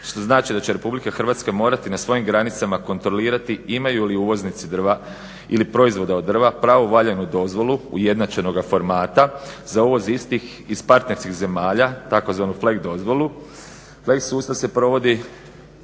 što znači da će Republika Hrvatska morati na svojim granicama kontrolirati imaju li uvoznici drva ili proizvode od drva pravovaljanu dozvolu ujednačenoga formata za uvoz istih iz partnerskih zemalja, tzv. FLEGT dozvolu. FLEGT sustav se provodi